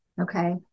Okay